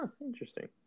interesting